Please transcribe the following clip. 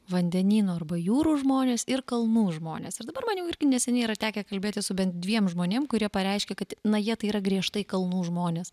vandenynų arba jūrų žmonės ir kalnų žmonės ir dabar man jau irgi neseniai yra tekę kalbėtis su bent dviem žmonėm kurie pareiškė kad na jie tai yra griežtai kalnų žmonės